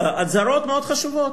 אזהרות מאוד חשובות.